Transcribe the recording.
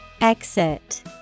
Exit